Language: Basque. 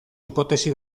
hipotesi